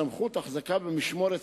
סמכות החזקה במשמורת,